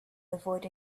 avoid